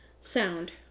sound